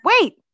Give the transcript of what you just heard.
Wait